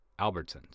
Albertsons